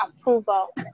approval